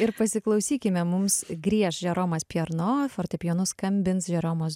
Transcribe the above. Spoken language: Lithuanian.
ir pasiklausykime mums grieš žeromas pjerno fortepijonu skambins žeromas